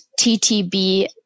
TTB